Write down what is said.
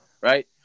right